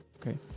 Okay